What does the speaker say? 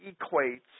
equates